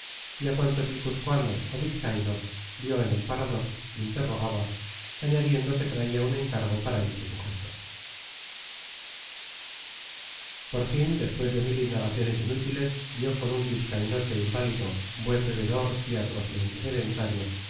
en estella y a cuantos guipuzcoanos o vizcaínos vio en el parador interrogaba añadiendo que traía un encargo para dicho sujeto por fin después de mil indagaciones inútiles dio con un vizcainote inválido buen bebedor y atrozmente sedentario